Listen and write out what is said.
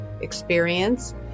experience